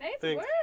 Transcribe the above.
Thanks